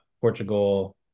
Portugal